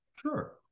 Sure